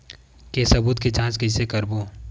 के सबूत के जांच कइसे करबो?